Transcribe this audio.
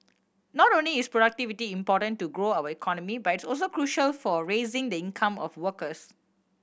not only is productivity important to grow our economy but it's also crucial for raising the income of workers